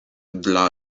dla